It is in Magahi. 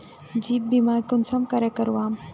जीवन बीमा कुंसम करे करवाम?